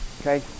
Okay